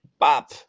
pop